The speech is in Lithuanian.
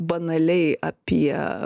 banaliai apie